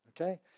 okay